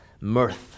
mirth